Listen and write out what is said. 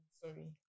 Sorry